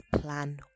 plan